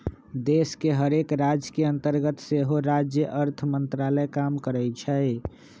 देश के हरेक राज के अंतर्गत सेहो राज्य अर्थ मंत्रालय काम करइ छै